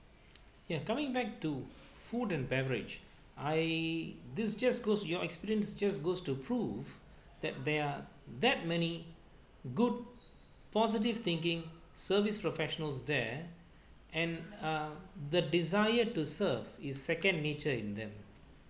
ya coming back to food and beverage I this just goes your experience just goes to prove that there are that many good positive thinking service professionals there and uh the desired to serve is second nature in them